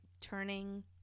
turning